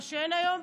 מה שאין היום.